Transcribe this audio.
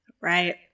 right